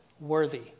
worthy